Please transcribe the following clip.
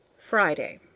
friday.